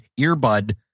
earbud